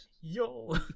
yo